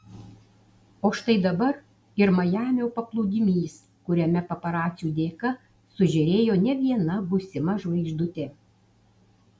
o štai dabar ir majamio paplūdimys kuriame paparacių dėka sužėrėjo ne viena būsima žvaigždutė